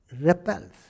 repels